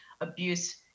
abuse